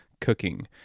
Cooking